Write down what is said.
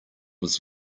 was